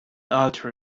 alter